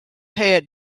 had